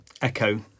Echo